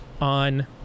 on